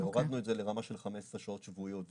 הורדנו את זה לרמה של 15 שעות שבועיות.